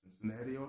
Cincinnati